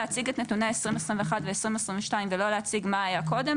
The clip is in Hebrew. להציג את נתוני 2021 ו-2022 ולא להציג מה היה קודם,